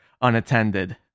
unattended